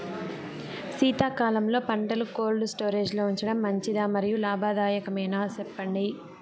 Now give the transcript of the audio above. శీతాకాలంలో పంటలు cold storage లో ఉంచడం మంచిదా? మరియు లాభదాయకమేనా, సెప్పండి